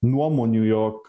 nuomonių jog